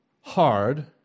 hard